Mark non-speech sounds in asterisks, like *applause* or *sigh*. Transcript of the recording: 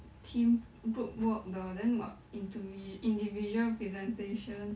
*noise* team group work 的 then what intui~ individual presentation